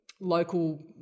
local